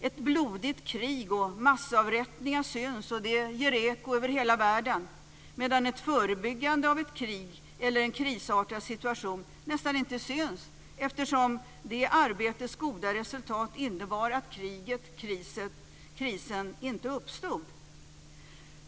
Ett blodigt krig och massavrättningar syns, och det ger eko över hela världen, medan ett förebyggande av ett krig eller en krisartad situation nästan inte syns, eftersom det arbetets goda resultat innebär att kriget eller krisen inte uppstår.